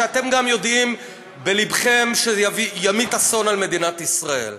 שגם אתם יודעים בליבכם שתמיט אסון על מדינת ישראל.